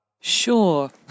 Sure